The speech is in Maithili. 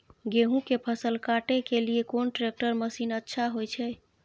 गेहूं के फसल काटे के लिए कोन ट्रैक्टर मसीन अच्छा होय छै?